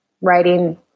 writing